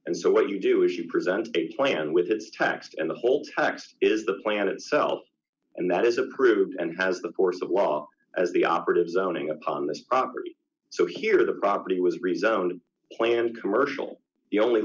and so what you do is you present a plan with his tax and the whole tax is the plan itself and that is approved and has the force of law as the operative zoning upon this property so here the property was rezoned of land commercial the only